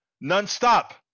non-stop